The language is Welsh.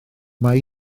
mae